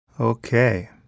Okay